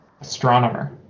Astronomer